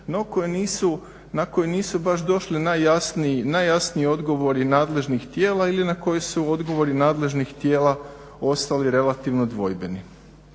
na koje nisu baš došli najjasniji odgovori nadležnih tijela ili na koje su odgovori nadležnih tijela ostali relativno dvojbeni.